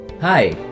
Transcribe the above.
hi